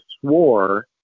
swore